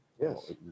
Yes